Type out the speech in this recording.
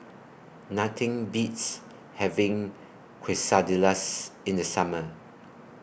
Nothing Beats having Quesadillas in The Summer